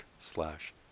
slash